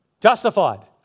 Justified